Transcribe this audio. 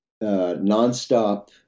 non-stop